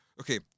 Okay